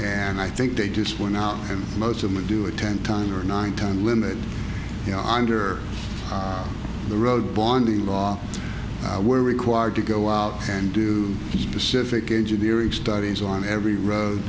and i think they just went out and most of the do a ten ton or nine time limit you know under the road bondi law were required to go out and do specific engineering studies on every road